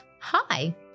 Hi